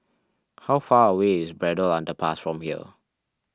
how far away is Braddell Underpass from here